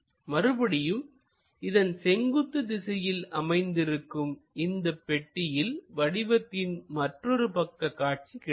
மறுபடியும் இதன் செங்குத்து திசையில் அமைந்திருக்கும் இந்தப் பெட்டியில் வடிவத்தின் மற்றொரு பக்க காட்சி கிடைக்கும்